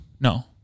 no